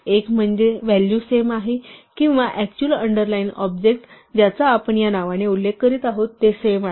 एक म्हणजे value same आहे किंवा अक्चुअल अंडरलाईन ऑब्जेक्ट ज्याचा आपण या नावाने उल्लेख करीत आहोत ते सेम आहे